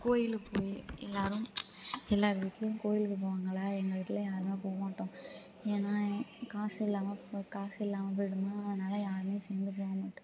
கோவிலுக்கு போய் எல்லோரும் எல்லார் வீட்லேயும் கோவிலுக்கு போவாங்களா எங்கள் வீட்டில் யாரும் போக மாட்டோம் ஏன்னா காசு இல்லாமல் போக காசு இல்லாமல் போயிடுமா அதனால யாரும் சீக்கிரம் போக மாட்டோம்